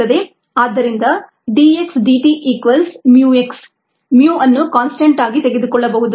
ಆದ್ದರಿಂದ dx dt equals mu x mu ಅನ್ನು constant ಆಗಿ ತೆಗೆದುಕೊಳ್ಳಬಹುದು